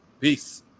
Peace